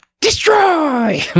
destroy